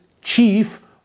chief